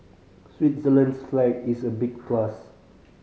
Switzerland's flag is a big plus